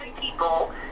people